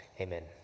amen